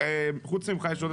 חוץ ממך יש?